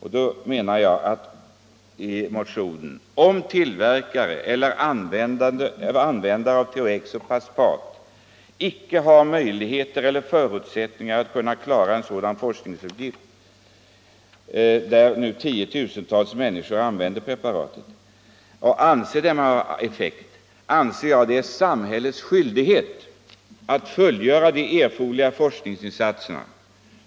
Då menar jag i motionen, att om tillverkare eller användare av THX och Paspat icke har möjligheter eller förutsättningar att kunna klara en sådan forskningsuppgift, fastän nu tiotusentals människor använder preparatet och anser att det har effekt på dem, är det samhällets skyldighet att fullgöra de erforderliga forskningsinsatserna.